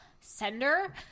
sender